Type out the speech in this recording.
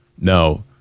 no